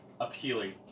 appealing